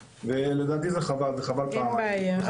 לדעתי זה חבל, וחבל פעמיים.